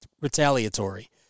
retaliatory